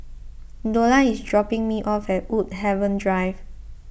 Dola is dropping me off at Woodhaven Drive